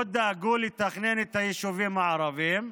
לא דאגו לתכנן את היישובים הערביים.